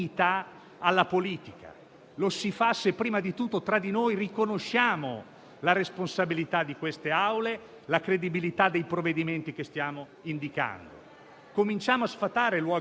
della nostra appartenenza politica. Non dobbiamo avere paura nell'assumerci questa responsabilità e non dobbiamo neanche avere paura di chiedere, di sforzarci di allargare il confronto,